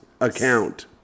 account